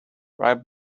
right